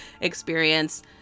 experience